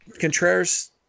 Contreras